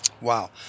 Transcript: Wow